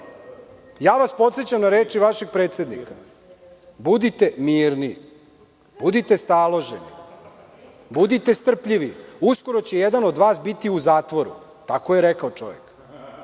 vas podsećam na reči vašeg predsednika – budite mirni, budite staloženi, budite strpljivi. Uskoro će jedan od vas biti u zatvoru. Tako je rekao čovek.